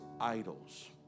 idols